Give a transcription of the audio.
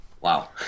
Wow